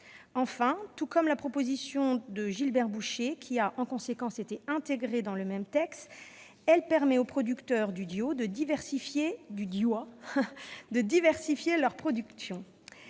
Enfin, tout comme la proposition de loi de Gilbert Bouchet qui a, en conséquence, été intégrée à ce texte, elle permet aux producteurs du Diois de diversifier leur production.